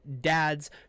dads